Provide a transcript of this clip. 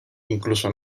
incluso